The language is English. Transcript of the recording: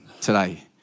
today